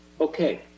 okay